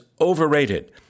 overrated